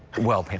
well,